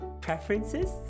preferences